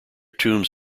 tombs